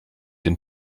den